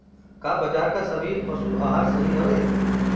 का बाजार क सभी पशु आहार सही हवें?